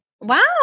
Wow